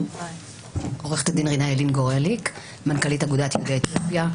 אני מנכ"לית אגודת יהודי אתיופיה.